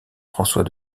françois